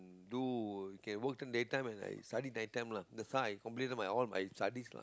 do can work day time and I study night time lah that's how I completed all my studies lah